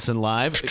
live